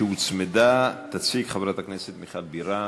שהוצמדה, תציג חברת הכנסת מיכל בירן.